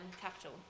capital